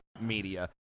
media